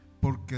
porque